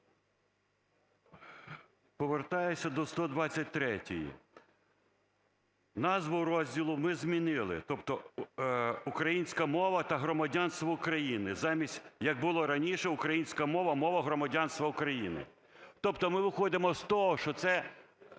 повертаюся до 123-ї. Назву розділу ми змінили. Тобто "Українська мова та громадянство України" замість, як було раніше, "Українська мова – мова громадянства України". Тобто ми виходимо з того, що це